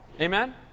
Amen